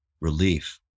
relief